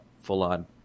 full-on